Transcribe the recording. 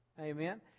amen